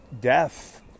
death